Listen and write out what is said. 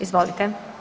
Izvolite.